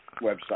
Website